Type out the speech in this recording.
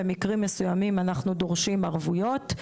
במקרים מסוימים אנחנו דורשים ערבויות,